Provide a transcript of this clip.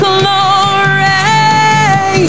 glory